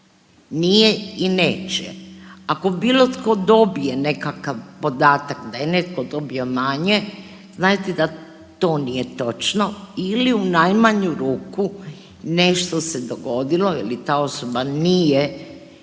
nije i neće. Ako bilo tko dobije nekakav podatak da je netko dobio manje znajte da to nije točno ili u najmanju ruku nešto se dogodilo ili ta osoba nije